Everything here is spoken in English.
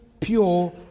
pure